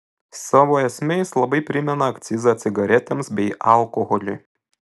savo esme jis labai primena akcizą cigaretėms bei alkoholiui